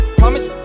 promise